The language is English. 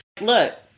Look